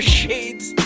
shades